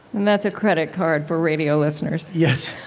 and that's a credit card, for radio listeners yes.